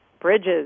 bridges